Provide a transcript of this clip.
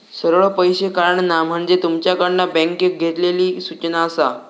सरळ पैशे काढणा म्हणजे तुमच्याकडना बँकेक केलली सूचना आसा